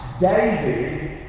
David